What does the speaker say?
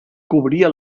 cubría